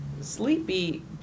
sleepy